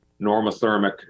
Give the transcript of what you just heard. normothermic